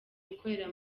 ukorera